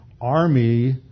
army